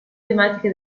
tematiche